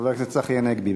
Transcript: חבר הכנסת צחי הנגבי.